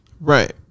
Right